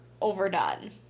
overdone